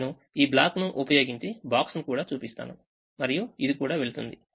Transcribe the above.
నేను ఈ బ్లాక్ను ఉపయోగించి బాక్స్ ను కూడా చూపిస్తాను మరియు ఇది కూడా వెళ్తుంది